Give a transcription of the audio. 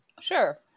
Sure